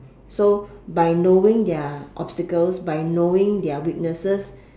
so by knowing their obstacles by knowing their weaknesses